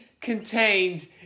contained